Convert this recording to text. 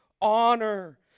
honor